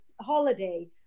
holiday